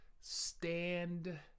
stand